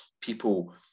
people